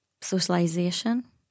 socialization